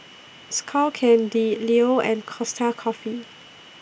Skull Candy Leo and Costa Coffee